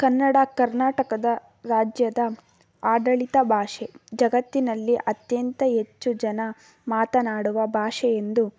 ಕನ್ನಡ ಕರ್ನಾಟಕದ ರಾಜ್ಯದ ಆಡಳಿತ ಭಾಷೆ ಜಗತ್ತಿನಲ್ಲಿ ಅತ್ಯಂತ ಹೆಚ್ಚು ಜನ ಮಾತನಾಡುವ ಭಾಷೆ ಎಂದು